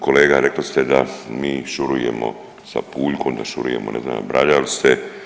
Kolega rekli ste da mi šurujemo sa Puljkom, da šurujemo ne znam nabrajali ste.